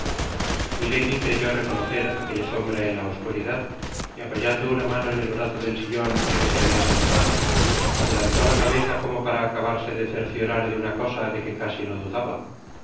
milady creyó reconocer aquella sombra en la oscuridad y apoyando una mano en el brazo del sillon en que se habia sentado adelantó la cabeza como para acabarse de cerciorar de una cosa de que casi no dudaba